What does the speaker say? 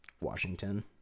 Washington